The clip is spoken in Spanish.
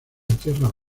tierras